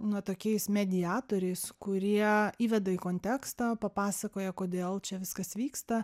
na tokiais mediatoriais kurie įveda į kontekstą papasakoja kodėl čia viskas vyksta